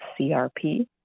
CRP